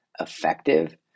effective